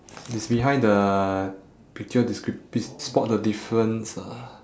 it's behind the picture descript~ pis~ spot the difference ah